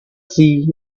sea